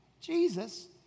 jesus